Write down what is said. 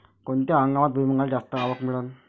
कोनत्या हंगामात भुईमुंगाले जास्त आवक मिळन?